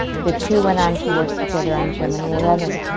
the two went on to work together on gemini eleven.